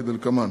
כדלקמן: